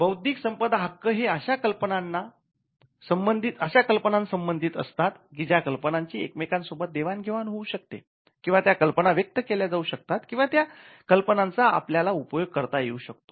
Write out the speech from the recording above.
बौद्धिक संपदा हक्क हे अशा कल्पनांन संबंधित असतात की ज्या कल्पनांची एकमेकांसोबत देवाण घेवाण होऊ शकते किंवा त्या कल्पना व्यक्त केल्या जाऊ शकतात किंवा त्या कल्पनांचा आपल्याला उपयोग करता येऊ शकतो